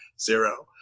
zero